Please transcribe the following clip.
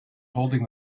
holding